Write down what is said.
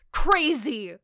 crazy